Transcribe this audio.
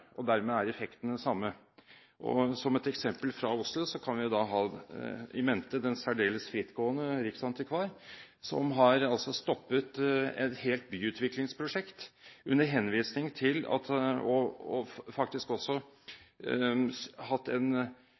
og dermed er effekten den samme. Som et eksempel fra Oslo kan man jo ha in mente den særdeles frittgående riksantikvar, som altså har stoppet et helt byutviklingsprosjekt og faktisk også hatt en